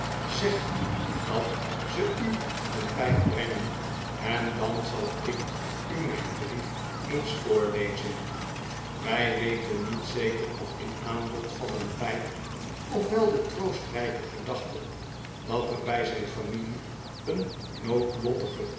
zeg dat ze u een pijp brengen en dan zal ik u mijn brief eens voorlezen wij weten niet zeker of dit aahbod van een pijp of wel de troostrijke gedachte dat er bij zijn fam ilie een